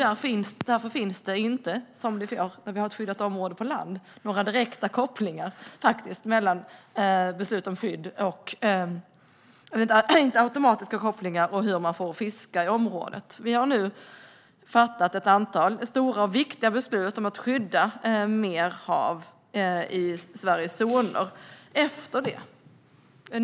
Därför finns det inte, som vid skyddat område på land, några automatiska kopplingar mellan beslut om skydd och, i det här fallet, hur man får fiska i området. Vi har nu fattat ett antal stora och viktiga beslut om att skydda mer hav i Sveriges zoner.